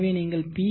எனவே நீங்கள் பி